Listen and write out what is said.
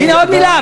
הנה, עוד מילה.